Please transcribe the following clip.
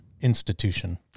institution